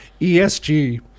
ESG